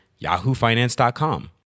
yahoofinance.com